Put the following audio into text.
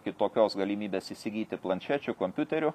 kitokios galimybės įsigyti planšečių kompiuterių